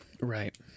right